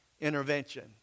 intervention